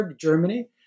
Germany